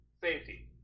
Safety